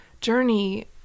journey